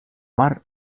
mar